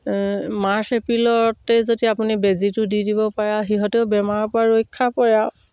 March এপ্ৰিলতে যদি আপুনি বেজীটো দি দিব পাৰে সিহঁতেও বেমাৰৰ পৰা ৰক্ষা পৰে আৰু